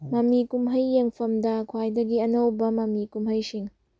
ꯃꯃꯤ ꯀꯨꯝꯍꯩ ꯌꯦꯡꯐꯝꯗ ꯈ꯭ꯋꯥꯏꯗꯒꯤ ꯑꯅꯧꯕ ꯃꯃꯤ ꯀꯨꯝꯍꯩꯁꯤꯡ